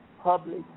public